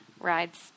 rides